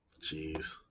Jeez